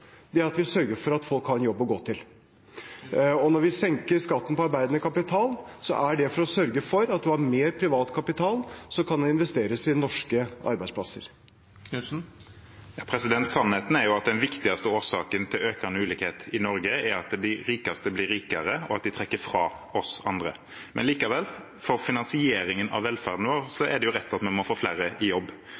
at vi sørger for at folk har en jobb å gå til, og når vi senker skatten på arbeidende kapital, er det for å sørge for at man har mer privat kapital som kan investeres i norske arbeidsplasser. Sannheten er at den viktigste årsaken til økende ulikhet i Norge er at de rikeste blir rikere, og at de drar fra oss andre. Likevel, for finansieringen av velferden er det rett at man må få flere i jobb.